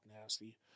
Nasty